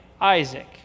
Isaac